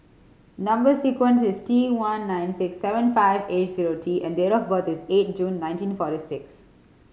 number sequence is T one nine six seven five eight zero T and date of birth is eight June nineteen forty six